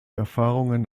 erfahrungen